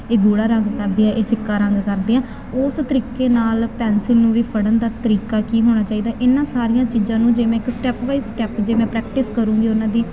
ਇਹ ਗੂੜ੍ਹਾ ਰੰਗ ਕਰਦੀ ਆ ਇਹ ਫਿੱਕਾ ਰੰਗ ਕਰਦੀ ਆ ਉਸ ਤਰੀਕੇ ਨਾਲ ਪੈਨਸਿਲ ਨੂੰ ਵੀ ਫੜਨ ਦਾ ਤਰੀਕਾ ਕੀ ਹੋਣਾ ਚਾਹੀਦਾ ਇਹਨਾਂ ਸਾਰੀਆਂ ਚੀਜ਼ਾਂ ਨੂੰ ਜੇ ਮੈਂ ਇੱਕ ਸਟੈਪ ਵਾਈਜ ਸਟੈਪ ਜੇ ਮੈਂ ਪ੍ਰੈਕਟਿਸ ਕਰੂੰਗੀ ਉਹਨਾਂ ਦੀ